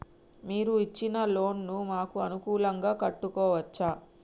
మీరు ఇచ్చిన లోన్ ను మాకు అనుకూలంగా కట్టుకోవచ్చా?